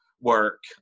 work